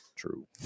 true